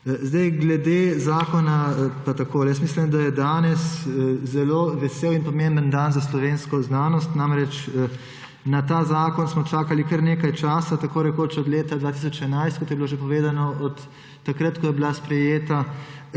nazaj. Glede zakona pa tako. Mislim, da je danes zelo vesel in pomemben dan za slovensko znanost. Namreč, na ta zakon smo čakali kar nekaj časa, tako rekoč od leta 2011, kot je bilo že povedano, od takrat, ko je bila sprejeta